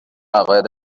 عقاید